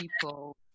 people